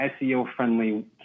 SEO-friendly